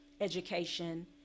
education